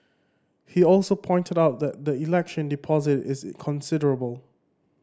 he also pointed out that the election deposit is considerable